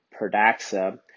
Perdaxa